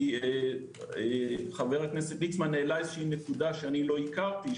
כי חבר הכנסת ליצמן העלה נקודה שלא הכרתי,